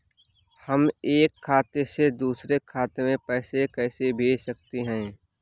हम एक खाते से दूसरे खाते में पैसे कैसे भेज सकते हैं?